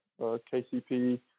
KCP